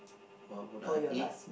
what would I eat